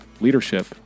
Leadership